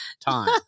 time